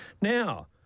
Now